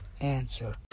answer